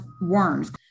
worms